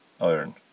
iron